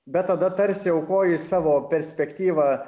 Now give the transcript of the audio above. bet tada tarsi aukoji savo perspektyvą